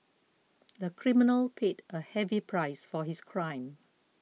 the criminal paid a heavy price for his crime